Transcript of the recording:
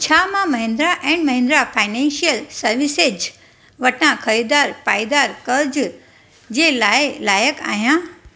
छा मां Mahindra and Mahindra financial services वटां ख़रीदारु पाइदार कर्ज़ जे लाइ लाइक़ु आहियां